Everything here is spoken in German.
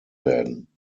werden